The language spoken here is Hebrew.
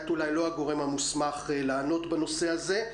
את אולי לא הגורם המוסמך לענות בנושא הזה.